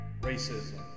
racism